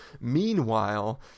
Meanwhile